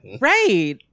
Right